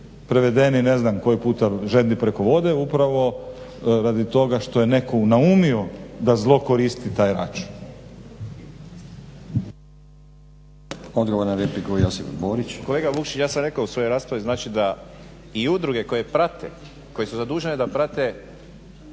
prevedeni ne znam koji puta žedni preko vode upravo radi toga što je netko naumio da zlokoristi taj račun. **Stazić, Nenad (SDP)** Odgovor na repliku Josip Borić. **Borić, Josip (HDZ)** Kolega Vukšić ja sam rekao u svojoj raspravi znači da i udruge koje prate koje su zadužene da prate